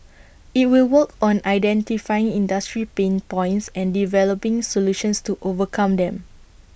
IT will work on identifying industry pain points and developing solutions to overcome them